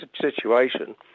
situation